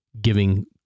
giving